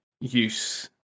use